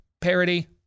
parody